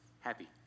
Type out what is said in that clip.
happy